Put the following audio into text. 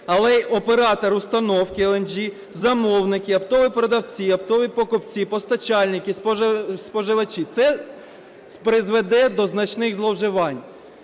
але й оператор установки LNG, замовники, оптові продавці, оптові покупці, постачальники, споживачі. Це призведе до значних зловживань.